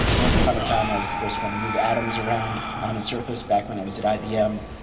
once upon a time i was the first one to move atoms around on a surface back when i was at ibm.